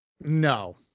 No